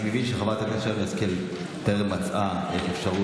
אני מבין שחברת הכנסת שרן השכל טרם מצאה אפשרות.